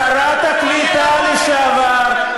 שרת הקליטה לשעבר,